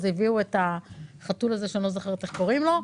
הביאו את החתול שאני לא זוכרת את שמו.